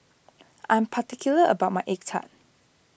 I am particular about my Egg Tart